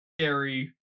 scary